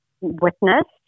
witnessed